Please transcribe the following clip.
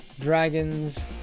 Dragons